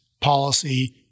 policy